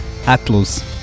ATLUS